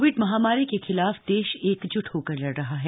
Covid महामारी के खिलाफ देश एकजुट होकर लड़ रहा है